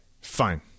fine